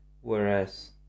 whereas